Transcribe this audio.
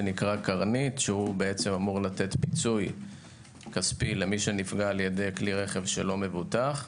קרנית שאמור לתת פיצוי כספי למי שנפגע על ידי כלי רכב שלא מבוטח.